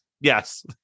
Yes